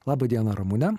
laba diena ramune